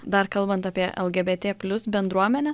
dar kalbant apie lgbt plius bendruomenę